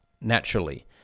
naturally